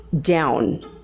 down